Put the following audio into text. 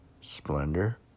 splendor